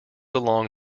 along